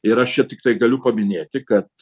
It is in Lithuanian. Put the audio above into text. ir aš čia tiktai galiu paminėti kad